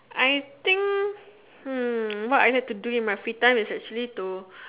I think hmm what I like to do in my free time is actually to